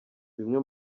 bimwe